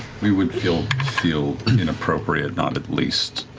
we would feel feel inappropriate not at least